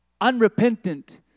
Unrepentant